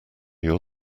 your